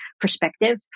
perspective